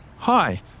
Hi